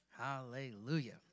Hallelujah